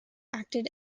acted